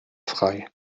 frei